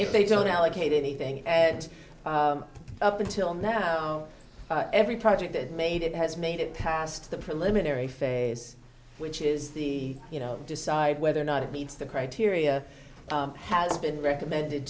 if they don't allocate anything ed up until now every project that made it has made it past the preliminary phase which is the you know decide whether or not it meets the criteria has been recommended